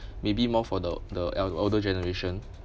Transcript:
maybe more for the the el~ older generation